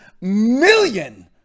million